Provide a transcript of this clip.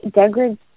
degraded